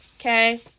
okay